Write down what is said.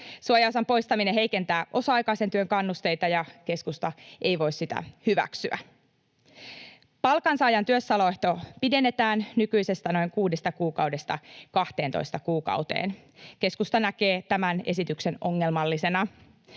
Suojaosan poistaminen heikentää osa-aikaisen työn kannusteita, ja keskusta ei voi sitä hyväksyä. Palkansaajan työssäoloehto pidennetään nykyisestä noin kuudesta kuukaudesta kahteentoista kuukauteen. Keskusta näkee tämän esityksen ongelmallisena.